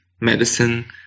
medicine